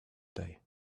day